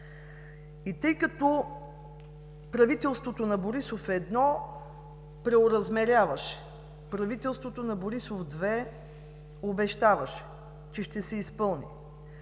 модула. Правителството на Борисов 1 преоразмеряваше. Правителството на Борисов 2 обещаваше, че ще се изпълни.